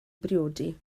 briodi